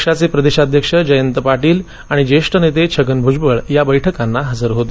पक्षाचे प्रदेशाध्यक्ष जयंत पाटील आणि ज्येष्ठ नेते छगन भुजबळ या बैठकांना हजर होते